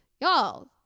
Y'all